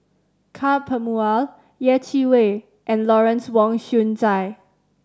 Ka Perumal Yeh Chi Wei and Lawrence Wong Shyun Tsai